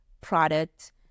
product